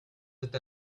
with